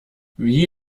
wie